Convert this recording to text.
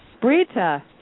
Brita